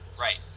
Right